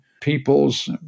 peoples